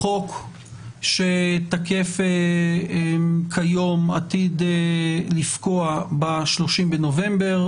החוק שתקף כיום עתיד לפקוע ב-30 בנובמבר,